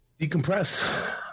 decompress